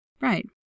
Right